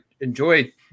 enjoy